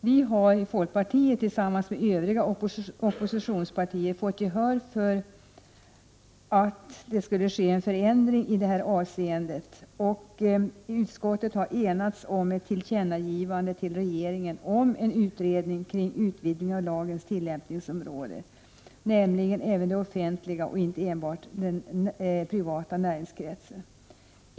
Vi i folkpartiet tillsammans med övriga oppositionspartier anser att det borde ske en ändring i detta avseende, och utskottet har enats om ett tillkännagivande till regeringen om utredning av en utvidgning av lagens tillämpningsområde till att omfatta även sådana varor som tillhandahålls för offentlig service och inte enbart omfatta den privata näringskretsen.